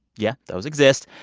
yeah, those exist.